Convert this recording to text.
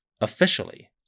Officially